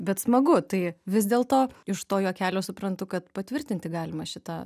bet smagu tai vis dėlto iš to juokelio suprantu kad patvirtinti galima šitą